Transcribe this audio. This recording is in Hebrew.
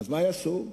מה יעשו?